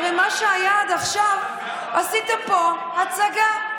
הרי מה שהיה עד עכשיו, עשיתם פה הצגה.